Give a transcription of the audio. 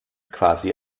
quasi